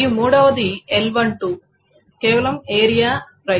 మరియు మూడవది L12 కేవలం ఏరియా ప్రైస్